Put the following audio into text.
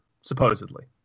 supposedly